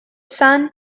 sun